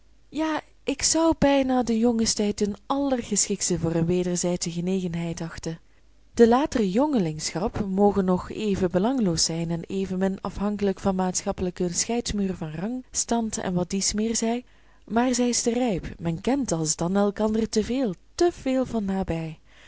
ja ik zou bijna den jongenstijd den àllergeschiktsten voor eene wederzijdsche genegenheid achten de latere jongelingschap moge nog even belangloos zijn en evenmin afhankelijk van maatschappelijke scheidsmuren van rang stand en wat dies meer zij maar zij is te rijp men kent alsdan elkander te veel te veel van nabij